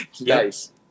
Nice